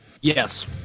Yes